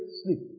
sleep